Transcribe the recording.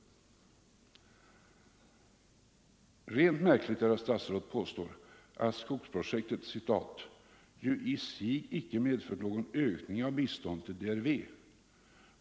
skogsindustriprojekt Rent märkligt är att statsrådet påstår att skogsprojektet ”ju i sig inte i Nordvietnam medfört någon ökning av biståndet till DRV.